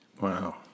Wow